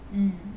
mm